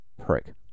Prick